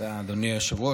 תודה, אדוני היושב-ראש.